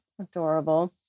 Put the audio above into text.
Adorable